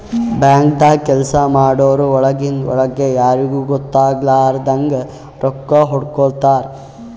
ಬ್ಯಾಂಕ್ದಾಗ್ ಕೆಲ್ಸ ಮಾಡೋರು ಒಳಗಿಂದ್ ಒಳ್ಗೆ ಯಾರಿಗೂ ಗೊತ್ತಾಗಲಾರದಂಗ್ ರೊಕ್ಕಾ ಹೊಡ್ಕೋತಾರ್